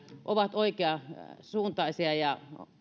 ovat oikeansuuntaisia ja